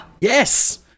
yes